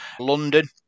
London